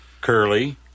Curly